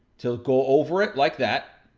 to go over it like that,